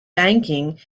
banking